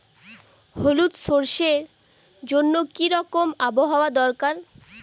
হলুদ সরষে জন্য কি রকম আবহাওয়ার দরকার?